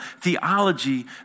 theology